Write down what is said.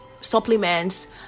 supplements